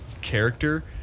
character